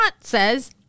says